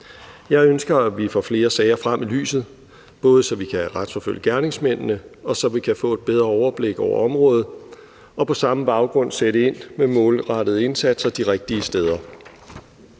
Jeg ønsker, at vi får flere sager frem i lyset, både så vi kan retsforfølge gerningsmændene, og så vi kan få et bedre overblik over området og på samme baggrund sætte ind med målrettede indsatser de rigtige steder.